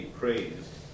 praised